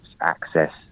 access